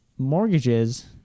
mortgages